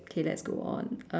okay let's go on